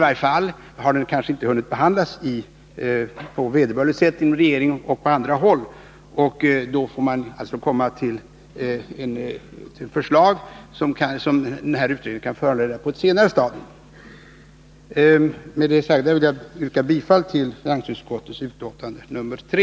I varje fall kan det tänkas att deninte har hunnit behandlas på vederbörligt sätt av regeringen och av andra instanser, och då får man lägga fram de förslag som utredningen kan föranleda på ett senare stadium. Med det sagda vill jag yrka bifall till finansutskottets hemställan i betänkandet nr 3.